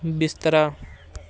ਬਿਸਤਰਾ